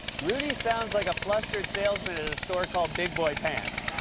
rudy sounds like a flustered salesman at and a store called big boy pants.